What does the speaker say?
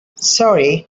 sorry